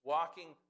Walking